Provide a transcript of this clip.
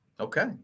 Okay